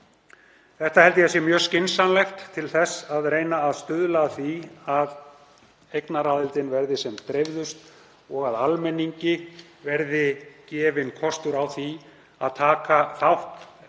Þetta held ég að sé mjög skynsamlegt til þess að reyna að stuðla að því að eignaraðildin verði sem dreifðust og að almenningi verði gefinn kostur á því að taka þátt,